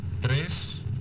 tres